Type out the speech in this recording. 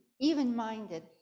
even-minded